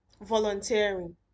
volunteering